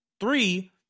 three